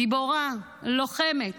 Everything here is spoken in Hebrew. גיבורה, לוחמת.